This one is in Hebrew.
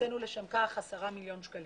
לשם כך הקצינו עשרה מיליון שקלים.